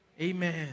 Amen